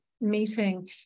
meeting